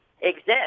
exist